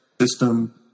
system